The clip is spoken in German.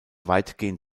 weitgehend